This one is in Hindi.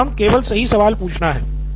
मेरा काम केवल सही सवाल पूछना है